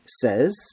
says